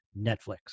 Netflix